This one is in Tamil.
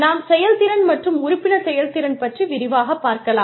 நாம் செயல்திறன் மற்றும் உறுப்பினர் செயல்திறன் பற்றி விரிவாக பார்க்கலாம்